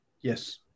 Yes